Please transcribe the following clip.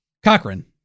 Cochran